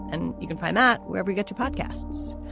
and you can find that wherever you get to podcasts.